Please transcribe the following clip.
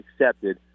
accepted